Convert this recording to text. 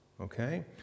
okay